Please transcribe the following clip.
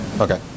Okay